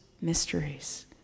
mysteries